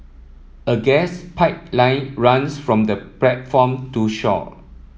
a gas pipeline runs from the platform to shore